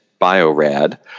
Biorad